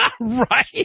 Right